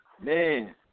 man